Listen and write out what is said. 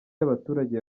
y’abaturage